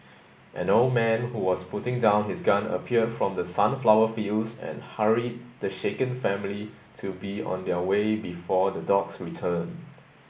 an old man who was putting down his gun appeared from the sunflower fields and hurried the shaken family to be on their way before the dogs return